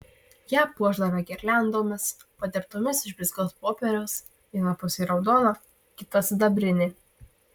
ją puošdavę girliandomis padirbtomis iš blizgaus popieriaus viena pusė raudona kita sidabrinė